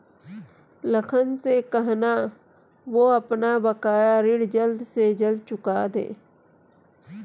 लखन से कहना, वो अपना बकाया ऋण जल्द से जल्द चुका दे